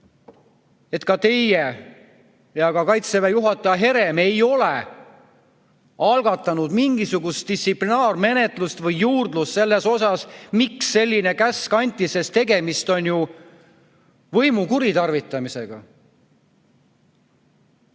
et ei teie ega ka Kaitseväe juhataja Herem ei ole algatanud mingisugust distsiplinaarmenetlust või juurdlust, miks selline käsk anti. Tegemist on ju võimu kuritarvitamisega.